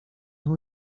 who